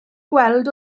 gweld